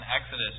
Exodus